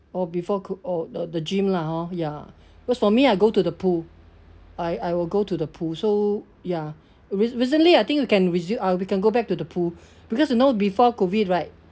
or before CO~ orh the the gym lah hor ya because for me I go to the pool I I will go to the pool so ya re~ recently I think you can resume uh we can go back to the pool because you know before COVID right